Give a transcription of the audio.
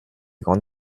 grande